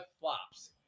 flops